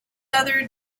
other